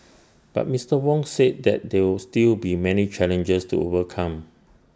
but Mister Wong said that there are still many challenges to overcome